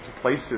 places